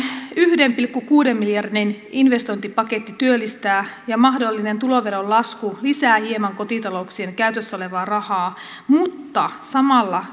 yhden pilkku kuuden miljardin investointipaketti työllistää ja mahdollinen tuloveron lasku lisää hieman kotitalouksien käytössä olevaa rahaa mutta samalla